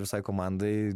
visai komandai